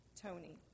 Tony